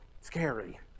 scary